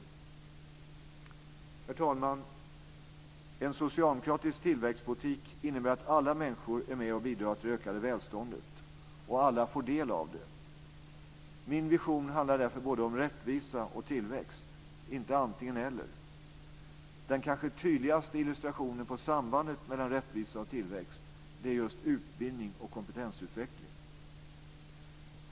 Herr talman! En socialdemokratisk tillväxtpolitik innebär att alla människor är med och bidrar till det ökade välståndet och att alla får del av det. Min vision handlar därför både om rättvisa och tillväxt, inte antingen eller. Den kanske tydligaste illustrationen på sambandet mellan rättvisa och tillväxt är just utbildning och kompetensutveckling.